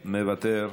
מוותר,